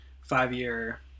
five-year